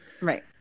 Right